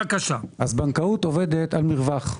בנקאות עובדת על מרווח.